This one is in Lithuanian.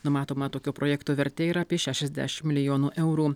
numatoma tokio projekto vertė yra apie šešiasdešimt milijonų eurų